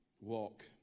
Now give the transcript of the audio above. walk